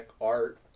Art